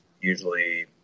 usually